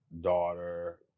daughter